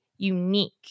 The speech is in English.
unique